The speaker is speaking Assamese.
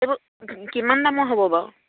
এইবোৰ কিমান দামৰ হ'ব বাৰু